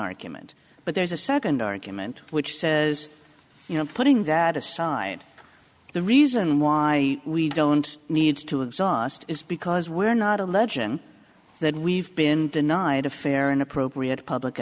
argument but there's a second argument which says you know putting that aside the reason why we don't need to exhaust is because we're not a legend that we've been denied a fair and appropriate public